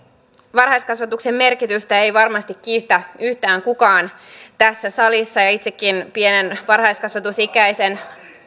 varhaiskasvatuksen merkitystä ei varmasti kiistä yhtään kukaan tässä salissa ja itsekin pienen varhaiskasvatusikäisen